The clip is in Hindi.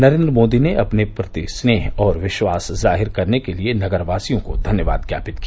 नरेन्द्र मोदी ने अपने प्रति स्नेह और विश्वास जाहिर करने के लिये नगरवासियों को धन्यवाद ज्ञापित किया